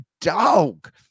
dog